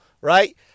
right